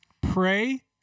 Pray